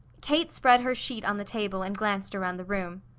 kate spread her sheet on the table and glanced around the room